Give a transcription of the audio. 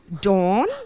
Dawn